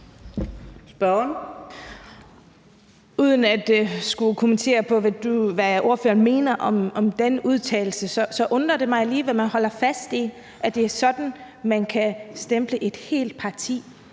Uden at skulle kommentere på, hvad ordføreren mener om den udtalelse, undrer det mig alligevel, at man holder fast i, at det er sådan, man kan stemple et helt parti